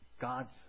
God's